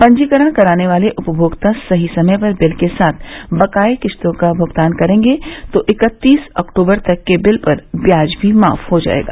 पंजीकरण कराने वाले उपमोक्ता सही समय पर बिल के साथ बकाये किस्तों का भुगतान करेंगे तो इकत्तीस अक्टूबर तक के बिल पर ब्याज भी माफ हो जायेगा